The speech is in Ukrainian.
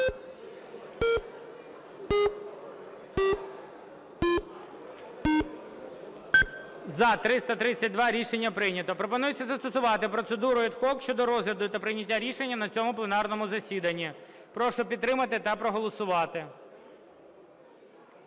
За-332 Рішення прийнято. Пропонується застосувати процедуру ad hoc щодо розгляду та прийняття рішення на цьому пленарному засіданні. Прошу підтримати та проголосувати.